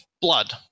blood